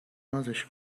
نازش